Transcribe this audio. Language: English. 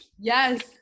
Yes